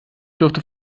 durfte